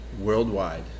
worldwide